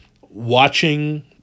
watching